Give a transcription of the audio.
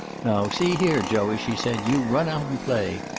now see here, joey, she said. you run out and play.